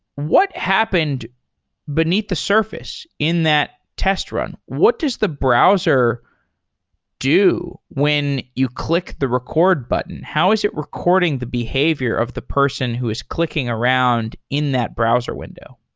what happened beneath the surface in that test run? what does the browser do when you click the record button? how is it recording the behavior of the person who is clicking around in that browser window?